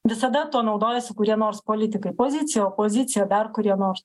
visada tuo naudojasi kurie nors politikai pozicija opozicija dar kurie nors